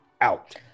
out